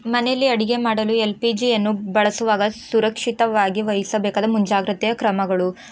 ಮನೆಯಲ್ಲಿ ಅಡುಗೆ ಮಾಡಲು ಎಲ್ ಪಿ ಜಿಯನ್ನು ಬಳಸುವಾಗ ಸುರಕ್ಷಿತವಾಗಿ ವಹಿಸಬೇಕಾದ ಮುಂಜಾಗ್ರತೆಯ ಕ್ರಮಗಳು